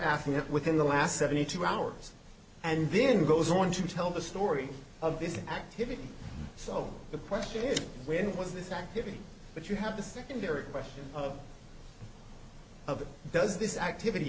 athlete within the last seventy two hours and then goes on to tell the story of this activity so the question is when was this activity but you have the secondary question of does this activity